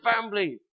family